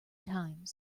times